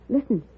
Listen